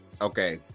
okay